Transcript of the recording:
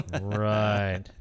right